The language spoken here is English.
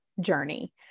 journey